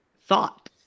thought